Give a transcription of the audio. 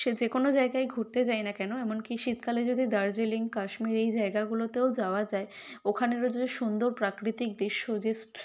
সে যে কোনো জায়গায় ঘুরতে যাই না কেন এমনকি শীতকালে যদি দার্জিলিং কাশ্মীর এই জায়গাগুলোতেও যাওয়া যায় ওখানেরও যে সুন্দর প্রাকৃতিক দৃশ্য জাস্ট